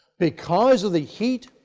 because of the heat,